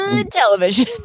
television